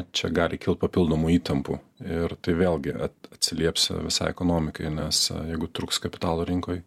čia gali kilt papildomų įtampų ir tai vėlgi at atsilieps visai ekonomikai nes jeigu trūks kapitalo rinkoj